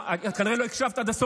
אז למה לא העברת את זה